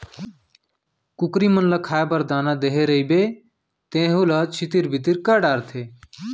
कुकरी मन ल खाए बर दाना देहे रइबे तेहू ल छितिर बितिर कर डारथें